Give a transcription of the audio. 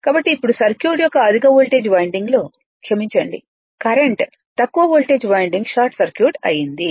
కాబట్టి ఇప్పుడు సర్క్యూట్ యొక్క అధిక వోల్టేజ్ వైండింగ్లో క్షమించండి కరెంట్ తక్కువ వోల్టేజ్ వైండింగ్ షార్ట్ సర్క్యూట్ అయుంది